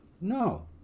no